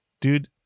Dude